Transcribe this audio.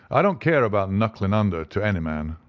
i don't care about knuckling under to any man,